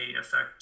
affect